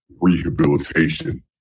rehabilitation